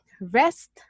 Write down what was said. rest